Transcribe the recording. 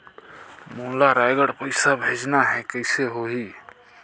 मोला रायगढ़ पइसा भेजना हैं, कइसे होही?